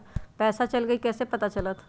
पैसा चल गयी कैसे पता चलत?